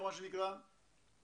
זה לא תפקידנו, זו לא המומחיות שלנו.